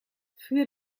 für